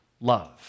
love